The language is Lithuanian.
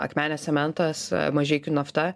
akmenės cementas mažeikių nafta